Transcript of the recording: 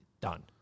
Done